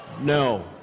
No